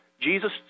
Jesus